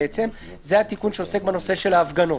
והוא עוסק בנושא ההפגנות.